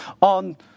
on